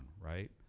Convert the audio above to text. right